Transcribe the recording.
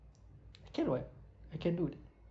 can [what] I can do it